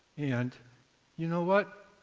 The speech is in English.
and you know what?